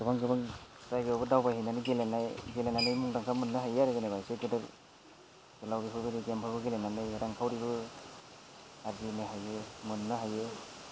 गोबां गोबां जायगायावबो दावबायहैनानै गेलेनाय गेलेनानै मुंदांखा मोननो हायो आरो जेनेबा जे गोदोर गोलाव बेफोरबायदि गेम गेलेनानै रांखावरिबो आर्जिनो हायो मोननो हायो